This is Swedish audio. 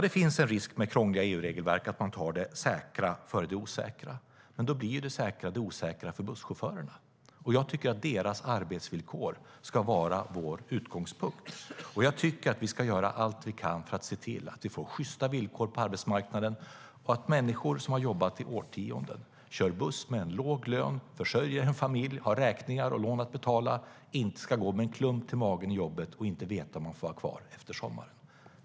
Det finns en risk med krångliga EU-regelverk, att man tar det säkra före det osäkra. Men då blir det säkra det osäkra för busschaufförerna, och jag tycker att deras arbetsvillkor ska vara vår utgångspunkt. Jag tycker att vi ska göra allt vi kan för att se till att vi får sjysta villkor på arbetsmarknaden och att människor som har jobbat i årtionden, kör buss med en låg lön, försörjer en familj och har räkningar och lån att betala inte ska gå med en klump i magen till jobbet och inte veta om man får vara kvar efter sommaren.